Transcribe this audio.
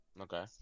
Okay